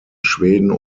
schweden